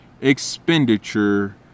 expenditure